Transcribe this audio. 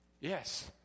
Yes